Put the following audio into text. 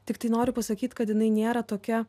tiktai noriu pasakyt kad jinai nėra tokia